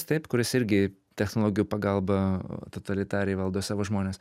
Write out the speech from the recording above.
taip kuris irgi technologijų pagalba totalitariai valdo savo žmones